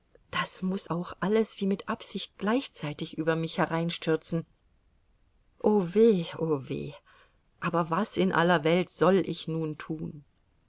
das muß auch alles wie mit absicht gleichzeitig über mich hereinstürzen o weh o weh aber was in aller welt soll ich nun tun